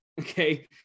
Okay